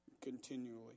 continually